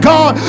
God